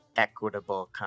Equitable